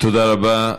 תודה רבה.